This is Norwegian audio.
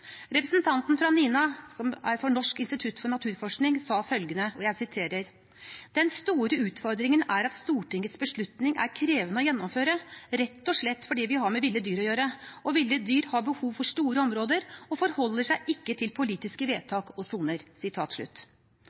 Representanten fra NINA, som står for Norsk institutt for naturforskning, sa følgende: «Den store overordnede utfordringen er at Stortingets beslutning er krevende å gjennomføre, rett og slett fordi vi har med ville dyr å gjøre, og ville dyr har behov for store områder og forholder seg ikke til politiske vedtak og soner.»